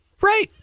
Right